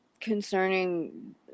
concerning